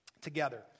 together